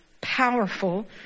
powerful